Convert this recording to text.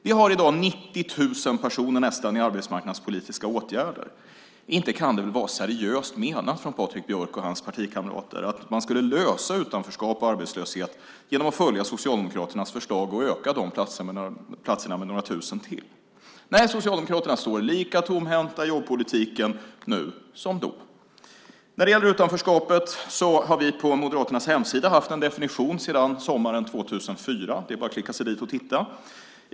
Vi har i dag nästan 90 000 personer i arbetsmarknadspolitiska åtgärder. Inte kan det väl vara seriöst menat av Patrik Björck och hans partikamrater att man skulle lösa problemen med utanförskap och arbetslöshet genom att följa Socialdemokraternas förslag och öka de platserna med några tusen till? Nej, Socialdemokraterna står lika tomhänta i jobbpolitiken nu som då. När det gäller utanförskapet har vi på Moderaternas hemsida haft en definition sedan sommaren 2004. Det är bara att klicka sig dit och titta.